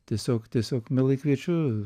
tiesiog tiesiog mielai kviečiu